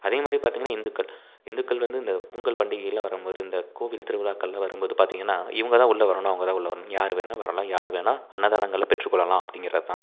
அதேமாதிரி பார்த்திங்கன்னா இந்துக்கள் இந்துக்கள் வந்து இந்த பொங்கல் பண்டிகையெலாம் வரும்போது இந்த கோவில் திருவிழாக்கள்லெலாம் வரும்போது பார்த்திங்கன்னா இவங்கதான் உள்ளே வரணும் அவங்கதான் உள்ள வரணும் யார் வேணுனா வரலாம் யார் வேணுனா அன்னதானங்கள் பெற்றுக்கொள்ளலாம் அப்படிங்கிறதுதான்